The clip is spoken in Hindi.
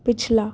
पिछला